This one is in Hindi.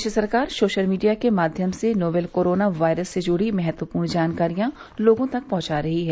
प्रदेश सरकार सोशल मीडिया के माध्यम से नोवेल कोरोना वायरस से जुड़ी महत्वपूर्ण जानकारियां लोगों तक पहुंचा रही है